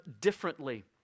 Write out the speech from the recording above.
differently